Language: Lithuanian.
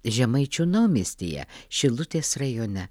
žemaičių naumiestyje šilutės rajone